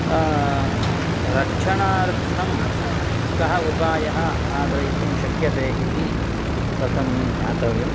रक्षणार्थं कः उपायः आदरयितुं शक्यते इति प्रथमं ज्ञातव्यं